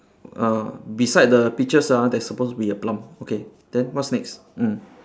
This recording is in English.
uh beside the peaches ah there's supposed to be a plum okay then what's next mm